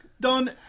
Don